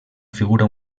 figura